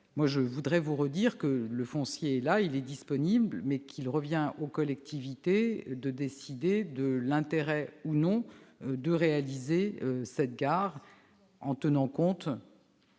Je tiens à vous redire que le foncier est là et qu'il est disponible, mais qu'il revient aux collectivités de décider de l'intérêt ou non de réaliser cette gare, en tenant compte